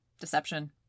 Deception